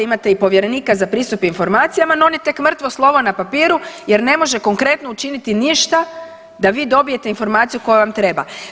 Imate i povjerenika za pristup informacijama, no on je tek mrtvo slovo na papiru jer ne može konkretno učiniti ništa da vi dobijete informaciju koja vam treba.